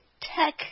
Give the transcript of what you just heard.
tech